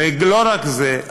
ולא רק זה,